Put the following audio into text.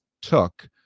took